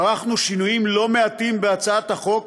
ערכנו שינויים לא מעטים בהצעת החוק,